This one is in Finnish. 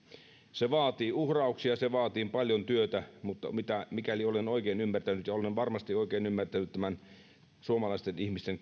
se vaatii uhrauksia se vaatii paljon työtä mutta mikäli olen oikein ymmärtänyt missä mennään ja olen varmasti oikein ymmärtänyt suomalaisten ihmisten